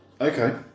Okay